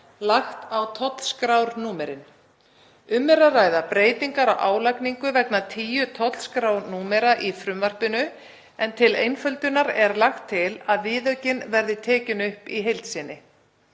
lagt á tollskrárnúmerin. Um er að ræða breytingar á álagningu vegna tíu tollskrárnúmera í frumvarpinu en til einföldunar er lagt til að viðaukinn verði tekinn upp í heild sinni.